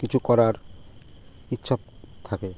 কিছু করার ইচ্ছা থাকে